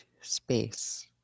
space